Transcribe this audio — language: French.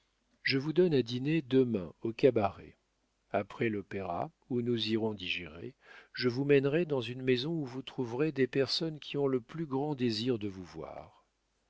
je vous donne à dîner demain au cabaret après l'opéra où nous irons digérer je vous mènerai dans une maison où vous trouverez des personnes qui ont le plus grand désir de vous voir